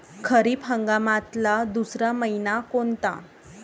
खरीप हंगामातला दुसरा मइना कोनता?